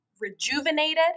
rejuvenated